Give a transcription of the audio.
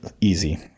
easy